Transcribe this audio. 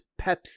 Pepsi